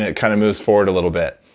ah kind of moves forward a little bit.